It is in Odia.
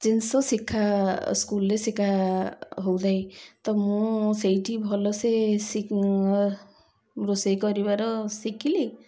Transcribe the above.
ଜିନିଷ ଶିଷା ସ୍କୁଲ୍ରେ ଶିଖା ହଉଥାଏ ତ ମୁଁ ସେଇଠି ଭଲସେ ରୋଷେଇ କରିବାର ଶିଖିଲି